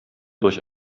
durch